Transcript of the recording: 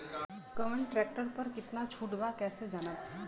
कवना ट्रेक्टर पर कितना छूट बा कैसे जानब?